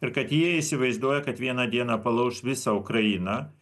ir kad jie įsivaizduoja kad vieną dieną palauš visą ukrainą